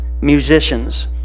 musicians